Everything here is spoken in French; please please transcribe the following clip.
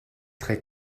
très